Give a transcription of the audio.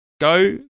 Go